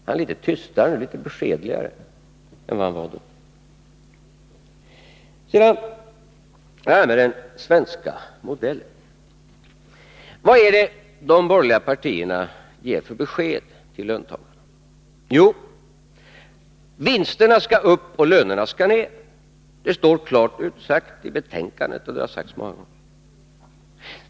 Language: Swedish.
Han är litet beskedligare nu än vad han var då. Sedan det här med den svenska modellen. Vilket besked ger de borgerliga partierna till löntagarna? Jo, vinsterna skall upp och lönerna skall ner. Det står klart utsagt i betänkandet och det har sagts många gånger.